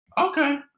Okay